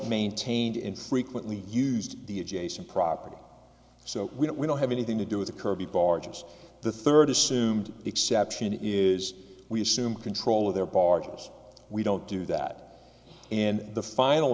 maintained infrequently used the adjacent property so we don't have anything to do with the kirby barges the third assumed exception is we assume control of their barges we don't do that and the final